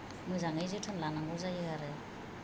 मोजाङै जोथोन लानांगौ जायो आरो